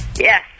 Yes